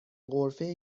غرفه